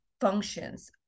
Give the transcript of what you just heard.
functions